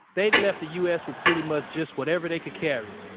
they left the u s. with pretty much just whatever they could carry.